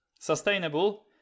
sustainable